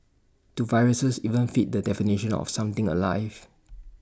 do viruses even fit the definition of something alive